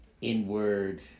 inward